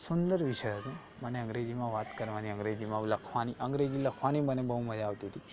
સુંદર વિષય હતો પણ અને અંગ્રેજીમાં વાત કરવાની અંગ્રેજીમાં વ લખવાની અંગ્રેજી લખવાની મને બહુ મજા આવતી હતી